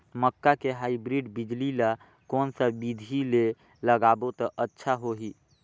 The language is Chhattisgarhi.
मक्का के हाईब्रिड बिजली ल कोन सा बिधी ले लगाबो त अच्छा होहि?